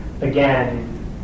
again